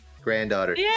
Granddaughter